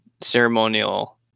ceremonial